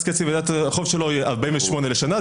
אז קצב ירידת החוב שלו היא 48,000 שנה,